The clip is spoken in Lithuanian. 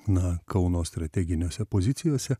na kauno strateginėse pozicijose